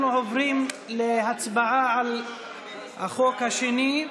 אנחנו עוברים להצבעה על החוק השני,